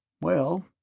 Well